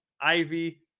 Ivy